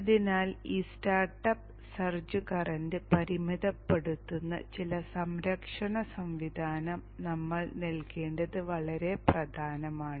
അതിനാൽ ഈ startup surge current പരിമിതപ്പെടുത്തുന്ന ചില സംരക്ഷണ സംവിധാനം നമ്മൾ നൽകേണ്ടത് വളരെ പ്രധാനമാണ്